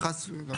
לא.